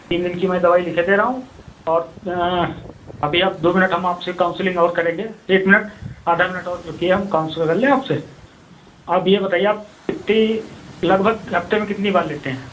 तीन दिन की मैं दवाई लिखे दे रहा हूँ आप अभी आप दो मिनट हम आपसे काउंसिलिंग और करेंगे एक मिनट आधा मिनट और रुकिए हम काउंसिल कर लें आपसे आप ये बताईए आप कितनी लगभग हफ्ते में कितनी बार लेते हैं